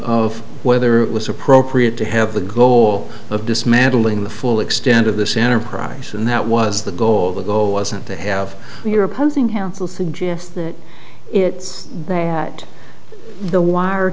of whether it was appropriate to have the goal of dismantling the full extent of this enterprise and that was the goal the goal wasn't to have your opposing him fill suggests that it may at the wire